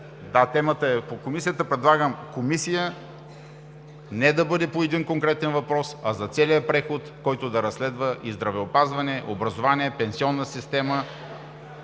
Темата е по комисията. Предлагам комисия не по конкретен въпрос, а за целия преход, който да разследва и здравеопазване, образование, пенсионна, съдебна